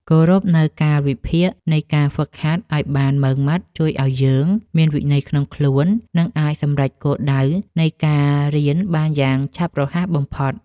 គោរពនូវកាលវិភាគនៃការហ្វឹកហាត់ឱ្យបានម៉ឺងម៉ាត់ជួយឱ្យយើងមានវិន័យក្នុងខ្លួន និងអាចសម្រេចគោលដៅនៃការរៀនបានយ៉ាងឆាប់រហ័សបំផុត។